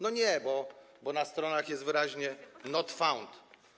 No nie, bo na stronach jest wyraźnie: not found.